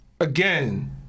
Again